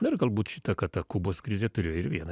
na ir galbūt šitą kad ta kubos krizė turėjo ir vieną